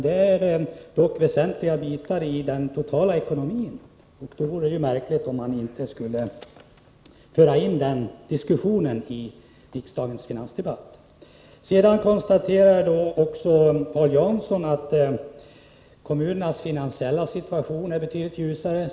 De är väsentliga delar av den totala ekonomin, och då vore det egendomligt om man inte skulle föra den diskussionen i riksdagens finansdebatt. Sedan konstaterar Paul Jansson att kommunernas finansiella situation är betydligt ljusare.